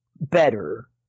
better